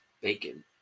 bacon